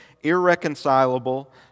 irreconcilable